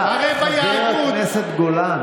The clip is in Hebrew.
כי עם ה' החסד והרבה עמו פדות.